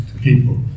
people